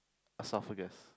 esophagus